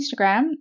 Instagram